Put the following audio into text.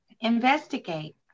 investigate